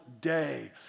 day